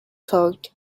code